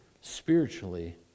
spiritually